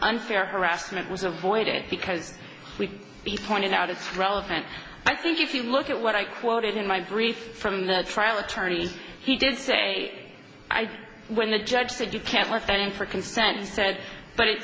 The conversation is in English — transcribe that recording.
unfair harassment was avoided because we'd be pointed out it's relevant i think if you look at what i quoted in my brief from the trial attorney he did say i when the judge said you can't let them in for consent is said but it